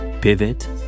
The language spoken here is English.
Pivot